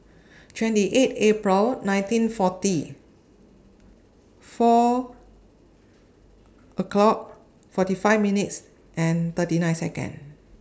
twenty eight April nineteen forty four o'clock forty five minutes and thirty nine Seconds